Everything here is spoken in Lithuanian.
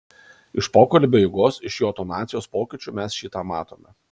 iš pokalbio eigos iš jo tonacijos pokyčių mes šį tą matome